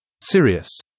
Sirius